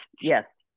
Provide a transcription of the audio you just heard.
yes